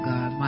God